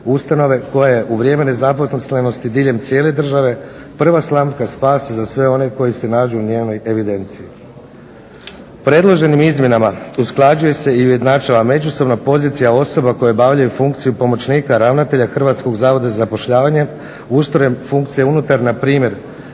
ustanove koja je u vrijeme nezaposlenosti diljem cijele države prva slamka spasa za sve one koji se nađu u njenoj evidenciji. Predloženim izmjenama usklađuje se i ujednačava međusobna pozicija osoba koje obavljaju funkciju pomoćnika ravnatelja Hrvatskog zavoda za zapošljavanje ustrojem funkcije unutar npr.